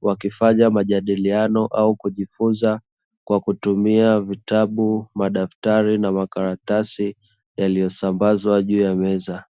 wakifanya majadiliano au kujifunza kwa kutumia: vitabu, madaftari, na makaratasi yaliyosambazwa juu ya meza.